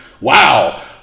Wow